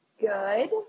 good